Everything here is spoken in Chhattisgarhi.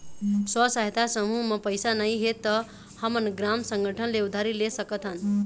स्व सहायता समूह म पइसा नइ हे त हमन ग्राम संगठन ले उधारी ले सकत हन